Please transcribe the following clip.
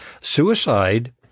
Suicide